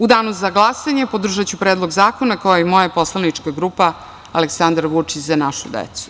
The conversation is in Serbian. U danu za glasanje podržanju predlog zakona, kao i moja poslanička grupa Aleksandar Vučić - Za našu decu.